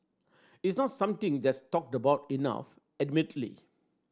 it's not something that's talked about enough admittedly